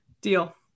Deal